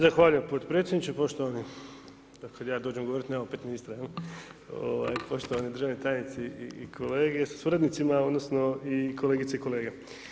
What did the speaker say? Zahvaljujem podpredsjedniče, poštovani da kad ja dođem govorit nema opet ministra, jel, ovaj poštovani državni tajnici i kolege sa suradnicima odnosno i kolegice i kolege.